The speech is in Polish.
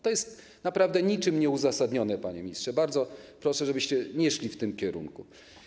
To jest naprawdę niczym nieuzasadnione, panie ministrze, bardzo proszę, żebyście nie szli w tym kierunku.